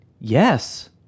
Yes